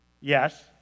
Yes